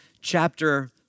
chapter